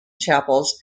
chapels